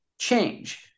change